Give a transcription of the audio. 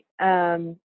right